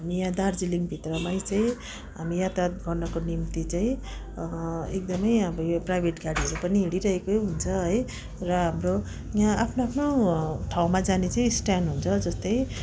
हामी यहाँ दार्जिलिङभित्रमै चाहिँ हामी यातायात गर्नको निम्ति चाहिँ एकदमै यहाँ अब यो प्राइभेट गाडीहरू पनि हिँडिरहेकै हुन्छ है र हाम्रो यहाँ आफ्नो आफ्नो ठाउँमा जाने चाहिँ स्ट्यान्ड हुन्छ जस्तै